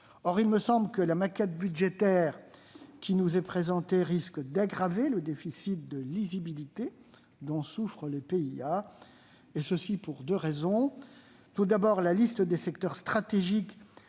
Or il me semble que la maquette budgétaire qui nous est présentée risque d'aggraver le déficit de lisibilité dont souffrent les PIA, et ce pour deux raisons. Tout d'abord, la liste des secteurs stratégiques